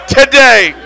today